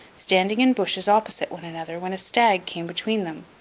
standing in bushes opposite one another, when a stag came between them.